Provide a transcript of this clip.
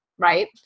right